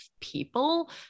people